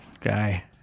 guy